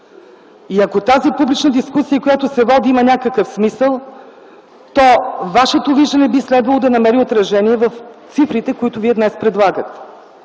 И ако тази публична дискусия, която се води, има някакъв смисъл, то вашето виждане би следвало да намери отражение в цифрите, които вие днес предлагате.